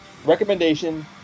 recommendation